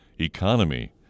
economy